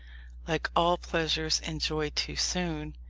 like all pleasures enjoyed too soon,